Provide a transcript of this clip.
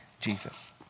Jesus